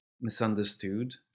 misunderstood